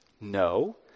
No